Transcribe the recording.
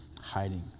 hiding